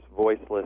voiceless